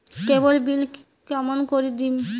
কেবল bill কেমন করি দিম?